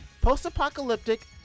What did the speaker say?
post-apocalyptic